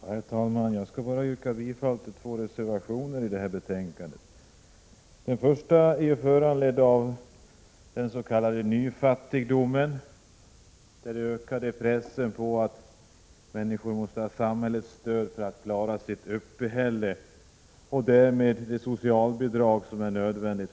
Herr talman! Jag skall bara yrka bifall till två reservationer till detta betänkande. Den första är föranledd av den s.k. nyfattigdomen, den ökade press som innebär att människor måste ha samhällets stöd för att klara sitt uppehälle och därmed det socialbidrag som är nödvändigt.